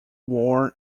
war